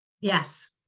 Yes